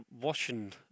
watching